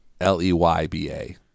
L-E-Y-B-A